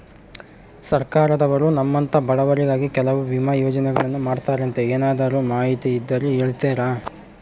ಸರ್ಕಾರದವರು ನಮ್ಮಂಥ ಬಡವರಿಗಾಗಿ ಕೆಲವು ವಿಮಾ ಯೋಜನೆಗಳನ್ನ ಮಾಡ್ತಾರಂತೆ ಏನಾದರೂ ಮಾಹಿತಿ ಇದ್ದರೆ ಹೇಳ್ತೇರಾ?